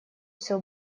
все